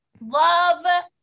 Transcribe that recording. Love